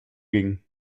ging